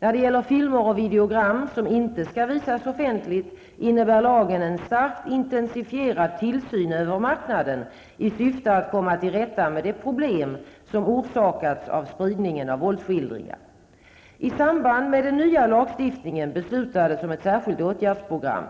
När det gäller filmer och videogram som inte skall visas offentligt innebär lagen en starkt intensifierad tillsyn över marknaden i syfte att komma till rätta med de problem som orsakats av spridningen av våldsskildringar. I samband med den nya lagstiftningen beslutades om ett särskilt åtgärdsprogram.